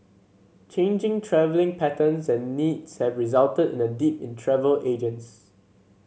changing travelling patterns and needs have resulted in a dip in travel agents